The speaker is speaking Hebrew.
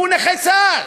הוא נכה צה"ל.